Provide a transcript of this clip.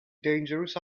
dangerous